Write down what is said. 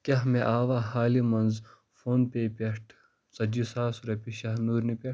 کیٛاہ مےٚ آوا حالہِ منٛز فون پے پٮ۪ٹھ ژَتجی ساس رۄپیہِ شاہنوٗرنہِ پٮ۪ٹھ